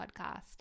podcast